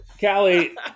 Callie